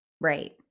right